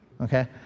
okay